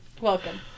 Welcome